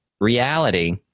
reality